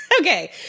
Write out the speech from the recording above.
okay